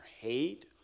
hate